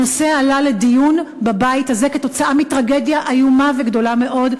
הנושא עלה לדיון בבית הזה כתוצאה מטרגדיה איומה וגדולה מאוד,